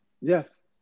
Yes